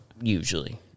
usually